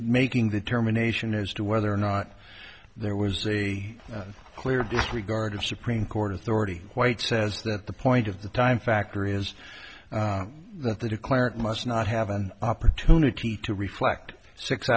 making the determination as to whether or not there was a clear view regarding supreme court authority white says that the point of the time factor is that the declarant must not have an opportunity to reflect six